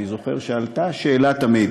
אני זוכר שעלתה תמיד